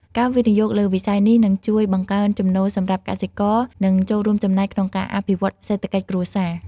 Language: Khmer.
ការវិនិយោគលើវិស័យនេះនឹងជួយបង្កើនចំណូលសម្រាប់កសិករនិងចូលរួមចំណែកក្នុងការអភិវឌ្ឍសេដ្ឋកិច្ចគ្រួសារ។